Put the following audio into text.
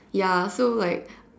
ya so like